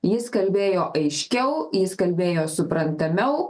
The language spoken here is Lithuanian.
jis kalbėjo aiškiau jis kalbėjo suprantamiau